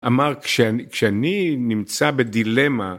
אמר כשאני נמצא בדילמה